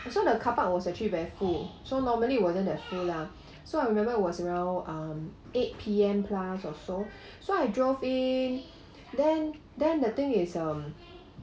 and so the car park was actually very cool so normally wasn't that cool lah so I remember was around um eight P_M plus or so so I drove in then then the thing is um